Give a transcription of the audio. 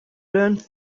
learned